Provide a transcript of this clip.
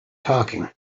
talking